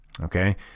Okay